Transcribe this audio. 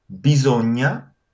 Bisogna